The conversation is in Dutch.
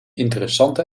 interessante